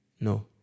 no